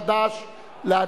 קבוצת חד"ש וחבר הכנסת איתן כבל.